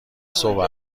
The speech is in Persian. صبح